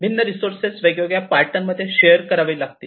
तर भिन्न रिसोर्सेस वेगवेगळ्या पार्टनरमध्ये शेअर करावी लागतील